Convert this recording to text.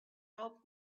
rope